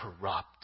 corrupt